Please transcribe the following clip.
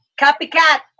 copycat